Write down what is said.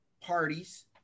parties